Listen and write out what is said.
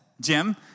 Jim